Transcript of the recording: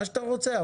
מה שאתה רוצה,